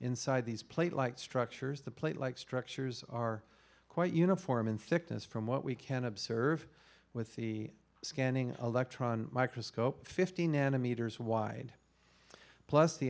inside these plate like structures the plate like structures are quite uniform in thickness from what we can observe with the scanning electron microscope fifty nanometers wide plus the